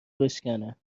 بشکنه